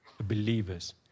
believers